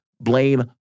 blame